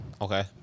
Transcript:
Okay